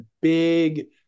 big